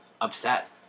upset